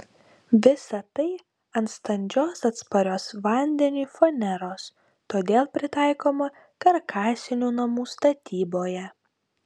visa tai ant standžios atsparios vandeniui faneros todėl pritaikoma karkasinių namų statyboje